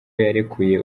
yarekuye